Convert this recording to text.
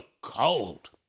cold